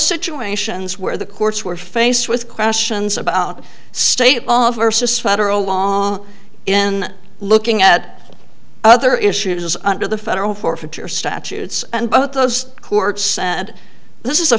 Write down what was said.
situations where the courts were faced with questions about state versus federal law in looking at other issues under the federal forfeiture statutes and both those courts said this is a